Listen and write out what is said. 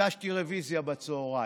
הגשתי רוויזיה בצוהריים,